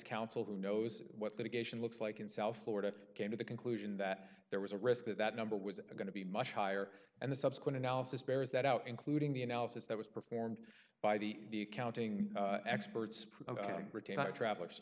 counsel who knows what that occasion looks like in south florida came to the conclusion that there was a risk that that number was going to be much higher and the subsequent analysis bears that out including the analysis that was performed by the counting experts tra